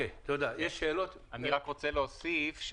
אני רק רוצה להוסיף,